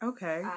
Okay